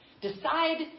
Decide